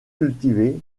cultiver